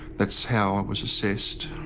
that's how i was assessed.